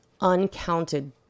uncounted